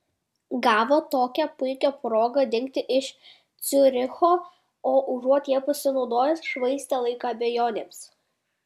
gavo tokią puikią progą dingti iš ciuricho o užuot ja pasinaudojęs švaistė laiką abejonėms